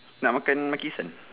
nak makan makisan